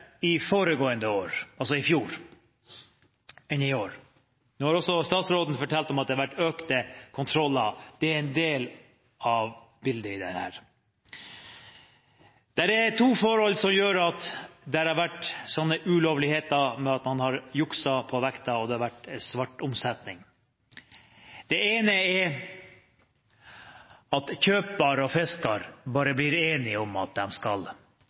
større foregående år, altså i fjor, enn i år. Nå har også statsråden fortalt at det har vært økte kontroller. Det er en del av dette bildet. Det er to forhold som gjør at det har vært ulovligheter med at man har jukset på vekten, og at det har vært svart omsetning. Det ene er at kjøper og fisker bare blir enige om at de skal